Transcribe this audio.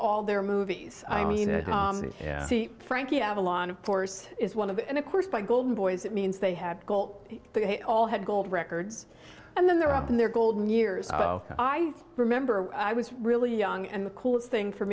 all their movies i mean i see frankie avalon of course is one of and of course by golden boys it means they had goal they all had gold records and then they're up in their golden years i remember i was really young and the coolest thing for